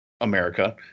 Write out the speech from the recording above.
America